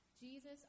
Jesus